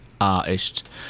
artist